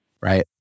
right